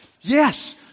Yes